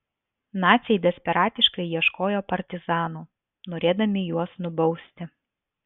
naciai desperatiškai ieškojo partizanų norėdami juos nubausti